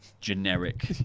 generic